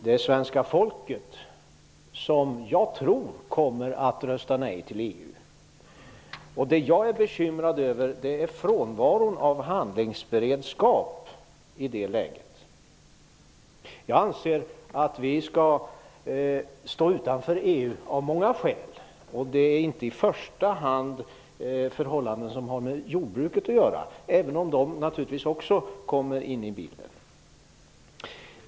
Det är svenska folket som -- tror jag -- kommer att rösta nej till EU. Det jag är bekymrad över är frånvaron av handlingsberedskap i det läget. Jag anser att vi skall stå utanför EU av många skäl, och det är inte i första hand förhållanden som har med jordbruket att göra, även om de naturligtvis också kommer med i bilden.